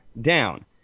down